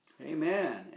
Amen